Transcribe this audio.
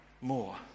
more